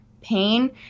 pain